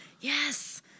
Yes